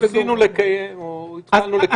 ניסינו או התחלנו לקיים גם בדיון הזה.